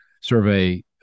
survey